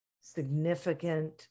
significant